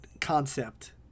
concept